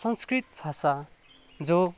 संस्कृत भाषा जो